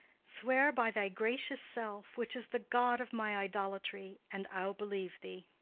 swear by thy gracious self, which is the god of my idolatry, and i'll believe thee.